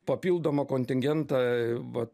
papildomą kontingentą va